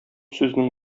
сүзнең